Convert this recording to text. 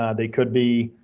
ah they could be.